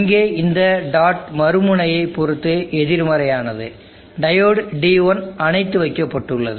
இங்கே இந்த டாட் மறுமுனையை பொறுத்து எதிர்மறையானது டையோடு D1 அணைத்து வைக்கப்பட்டுள்ளது